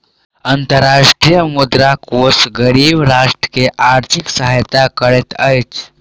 अंतर्राष्ट्रीय मुद्रा कोष गरीब राष्ट्र के आर्थिक सहायता करैत अछि